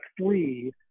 three